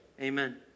Amen